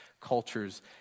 cultures